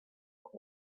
with